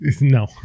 No